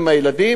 יש גם בעיות